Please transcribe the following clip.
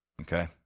Okay